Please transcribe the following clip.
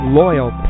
loyal